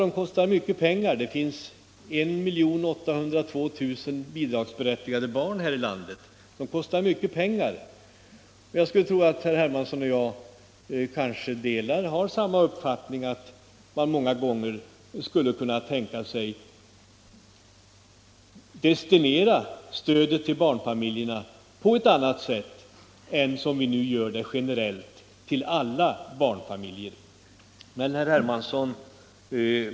De kostar mycket pengar — det finns 1 802 000 barnbidragsberättigade barn här i landet. Jag skulle tro att herr Hermansson och jag har samma uppfattning, näm ligen att man skulle kunna tänka sig att destinera stödet till barnfamiljerna på ett annat sätt än som nu sker, generellt till alla barnfamiljer oavsett behov.